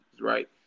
right